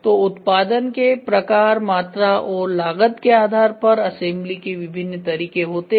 तो उत्पादन के प्रकार मात्रा और लागत के आधार पर असेंबली के विभिन्न तरीके होते हैं